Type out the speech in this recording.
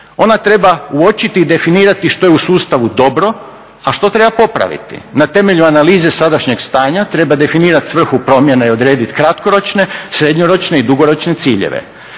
Ona treba uočiti i definirati što je u sustavu dobro, a što treba popraviti. Na temelju analize sadašnjeg stanja treba definirati svrhu promjena i odredit kratkoročne, srednjoročne i dugoročne ciljeve.